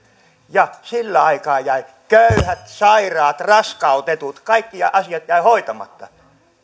ja sillä aikaa jäivät köyhät sairaat raskautetut kaikki asiat jäivät hoitamatta